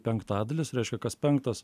penktadalis reiškia kas penktas